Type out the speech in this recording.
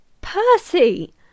Percy